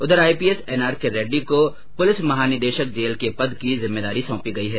उधर IPS NRK Reddy को police महानिदेशक जेल के पद की जिम्मेदारी सौंपी है